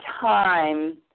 time